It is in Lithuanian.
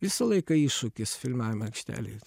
visą laiką iššūkis filmavimo aikštelėje